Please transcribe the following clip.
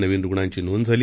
नवीनरुग्णांचीनोंदझाली